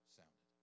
sounded